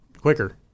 quicker